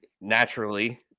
naturally